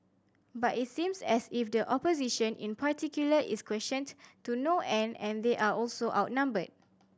but it seems as if the opposition in particular is questioned to no end and they're also outnumbered